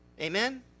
Amen